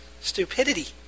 stupidity